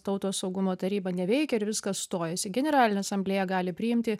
tautos saugumo taryba neveikia ir viskas stojasi generalinė asamblėja gali priimti